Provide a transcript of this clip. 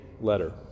letter